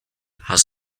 has